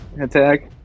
attack